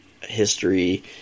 history